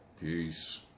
Peace